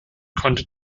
konnte